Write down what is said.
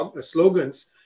slogans